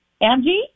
Angie